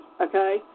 okay